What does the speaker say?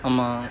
ஆமா:aamaa